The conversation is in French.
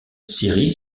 siri